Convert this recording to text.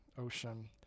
Ocean